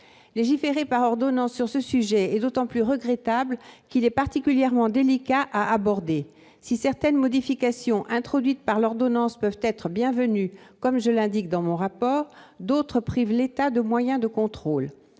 légiférer par ordonnance sur ce sujet qu'il est particulièrement délicat à aborder. Si certaines modifications introduites par l'ordonnance sont bienvenues, comme je l'indique dans mon rapport, d'autres privent l'État de moyens de contrôle.